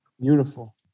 Beautiful